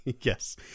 Yes